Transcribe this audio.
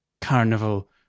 carnival